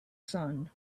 sun